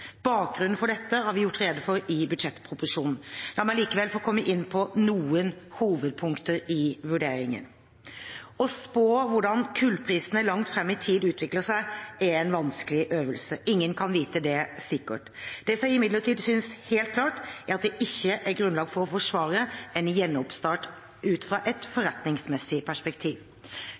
Bakgrunnen for dette har vi gjort rede for i budsjettproposisjonen. La meg likevel få komme inn på noen av hovedpunktene i vurderingene. Å spå hvordan kullprisene langt fram i tid utvikler seg, er en vanskelig øvelse – ingen kan vite det sikkert. Det som imidlertid synes helt klart, er at det ikke er grunnlag for å forsvare en gjenoppstart ut fra et forretningsmessig perspektiv.